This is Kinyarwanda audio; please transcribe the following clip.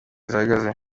zihagaze